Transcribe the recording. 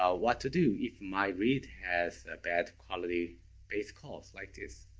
ah what to do if my read has bad quality base calls like this.